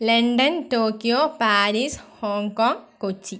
London Tokyo Paris Hong Kong Kochi